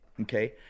Okay